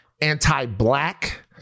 anti-black